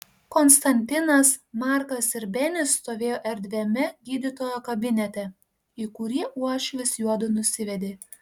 konstantinas markas ir benis stovėjo erdviame gydytojo kabinete į kurį uošvis juodu nusivedė